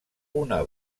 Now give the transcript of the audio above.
una